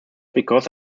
because